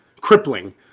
crippling